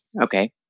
Okay